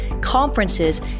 conferences